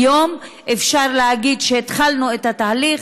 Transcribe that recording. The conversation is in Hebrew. היום אפשר להגיד שהתחלנו את התהליך.